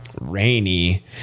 rainy